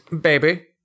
baby